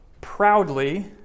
proudly